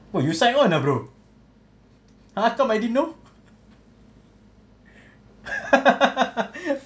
oh you signed on ah bro !huh! nobody know